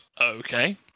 Okay